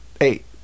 Eight